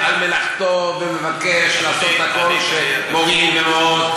יש הרבה רוצחים שלכם שיש כבישים על השמות שלהם,